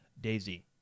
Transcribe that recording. Daisy